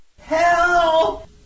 Help